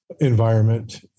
environment